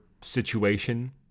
situation